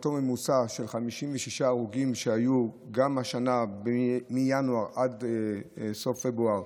גם השנה באותו ממוצע של 56 הרוגים מינואר עד סוף פברואר,